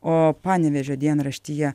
o panevėžio dienraštyje